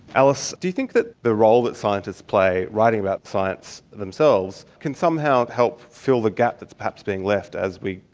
alice, do you think that the role that scientists play writing about science themselves can somehow help fill the gap that is perhaps being left as we,